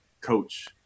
coach